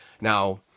Now